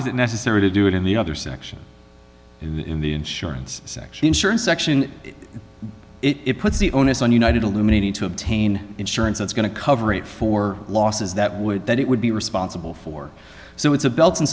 was it necessary to do it in the other section in the insurance section insurance section it puts the onus on united illuminating to obtain insurance that's going to cover it for losses that would that it would be responsible for so it's a bel